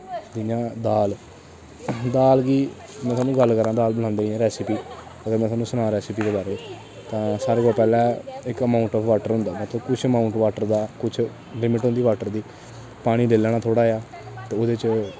जियां दाल दाल गी मसां मीं गल्ला करां दाल बनाने लेई रैस्पी अगर में तुसेंगी सनां रैस्पी दे बारे च तां सारे कोला पैह्लें इक अमूयंट आफ वाटर होंदा मतलब कुछ आमूयंट वाटर दा कुछ लिम्ट होंदी वाटर दी पानी लेई लैना थोह्ड़ा जनेहा ते ओह्दे च